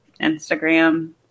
Instagram